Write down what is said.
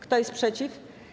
Kto jest przeciw?